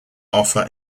offer